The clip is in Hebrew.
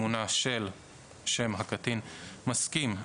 אם מונה) של _________ מסכים,